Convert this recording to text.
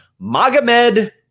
Magomed